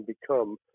become